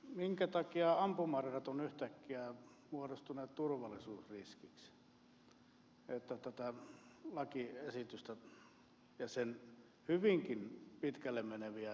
minkä takia ampumaradat ovat yhtäkkiä muodostuneet turvallisuusriskiksi niin että tätä lakiesitystä ja sen hyvinkin pitkälle meneviä säädöksiä tarvitaan